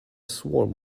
swarm